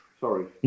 Sorry